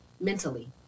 mentally